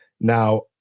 Now